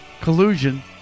collusion